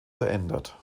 verändert